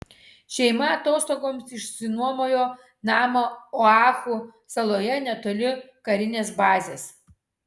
šeima atostogoms išsinuomojo namą oahu saloje netoli karinės bazės